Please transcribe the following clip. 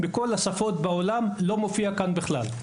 בכל השפות בעולם, השם ירושלים, לא מופיע בכלל.